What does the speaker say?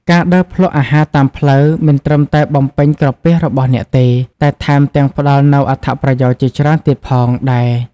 ការដើរភ្លក្សអាហារតាមផ្លូវមិនត្រឹមតែបំពេញក្រពះរបស់អ្នកទេ តែថែមទាំងផ្តល់នូវអត្ថប្រយោជន៍ជាច្រើនទៀតផងដែរ ។